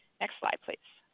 next slide please.